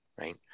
Right